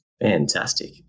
Fantastic